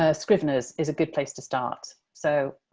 ah scriveners is a good place to start. so,